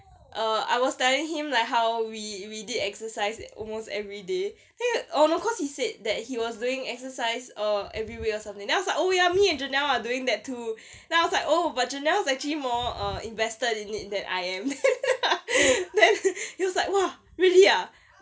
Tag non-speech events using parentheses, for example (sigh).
err I was telling him like how we we did exercise almost everyday then you know oh no cause he said that he was doing exercise err every week or something then then I was like oh ya me and janelle are doing that too then I was like oh but janelle is actually more err invested in it than I am (laughs) then he was like !wah! really ah